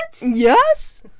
yes